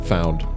found